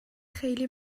خیلی